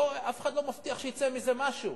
אף אחד לא מבטיח שיצא מזה משהו.